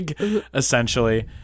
essentially